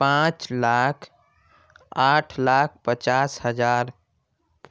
پانچ لاکھ آٹھ لاکھ پچاس ہزار